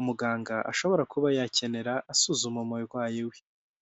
umuganga ashobora kuba yakenera asuzuma umurwayi we.